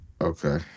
okay